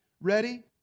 Ready